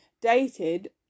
dated